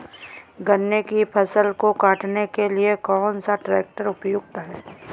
गन्ने की फसल को काटने के लिए कौन सा ट्रैक्टर उपयुक्त है?